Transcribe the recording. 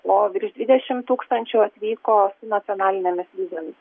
o virš dvidešim tūkstančių atvyko su nacionalinėmis vizomis